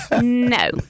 No